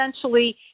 essentially